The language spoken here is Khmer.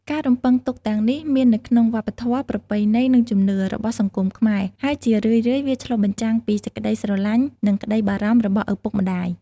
ការរំពឹងទុកទាំងនេះមាននៅក្នុង វប្បធម៌ ប្រពៃណី និងជំនឿ របស់សង្គមខ្មែរ ហើយជារឿយៗវាឆ្លុះបញ្ចាំងពីសេចក្ដីស្រឡាញ់ និងក្ដីបារម្ភរបស់ឪពុកម្ដាយ។